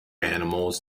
animals